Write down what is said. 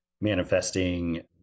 manifesting